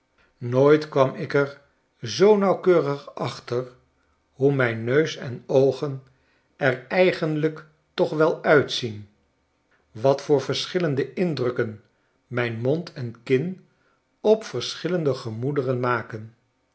nooit kwam ik er zoo nauwkeurig achter hoe mijn neus en oogen er eigenlijk toch wel uitzien wat voor verschillende indrukken mijn mond en kin op verschillende gemoederen maken